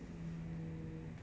um